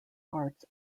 arts